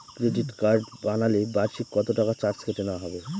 Credit card বানালে বার্ষিক কত টাকা চার্জ কেটে নেওয়া হবে?